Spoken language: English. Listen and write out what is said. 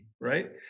right